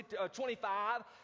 25